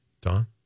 Don